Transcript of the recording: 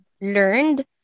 learned